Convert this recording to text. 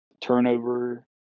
turnover